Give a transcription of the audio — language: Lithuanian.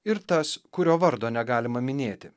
ir tas kurio vardo negalima minėti